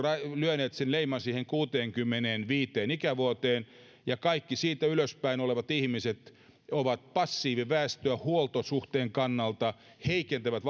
lyöneet leiman siihen kuuteenkymmeneenviiteen ikävuoteen ja kaikki siitä ylöspäin olevat ihmiset ovat passiiviväestöä huoltosuhteen kannalta heikentävät